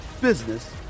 business